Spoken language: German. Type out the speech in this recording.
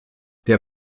der